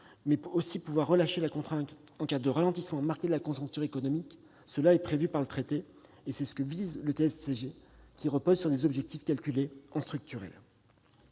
mais aussi pouvoir relâcher la contrainte en cas de ralentissement marqué de la conjoncture économique. C'est précisément ce que vise le TSCG, qui repose sur des objectifs calculés en « structurel